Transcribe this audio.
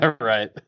Right